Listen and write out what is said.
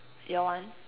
your one